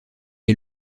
est